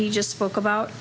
he just spoke about